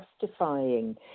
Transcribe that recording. justifying